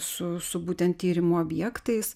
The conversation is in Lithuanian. su su būtent tyrimų objektais